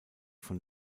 von